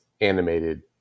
animated